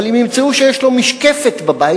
אבל אם ימצאו שיש לו משקפת בבית,